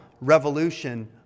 revolution